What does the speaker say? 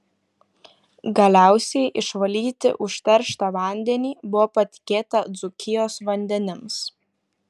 galiausiai išvalyti užterštą vandenį buvo patikėta dzūkijos vandenims